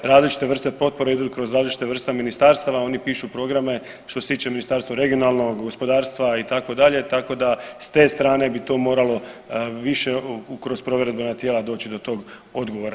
Različite vrste potpora idu kroz različite vrste ministarstava, oni pišu programa što se tiče Ministarstva regionalnog, gospodarstva itd., tako da s te strane bi to moralo više kroz provedbena tijela doći do tog odgovora.